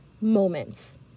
moments